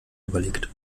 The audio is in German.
überlegt